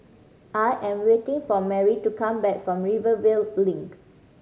I am waiting for Marie to come back from Rivervale Link